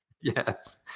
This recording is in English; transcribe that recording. Yes